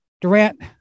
Durant